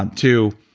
to